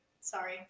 Sorry